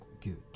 good